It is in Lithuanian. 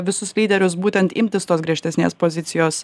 visus lyderius būtent imtis tos griežtesnės pozicijos